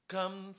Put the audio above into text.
Come